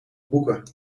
boeken